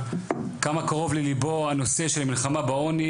כמה קרוב לליבו הנושא של המלחמה בעוני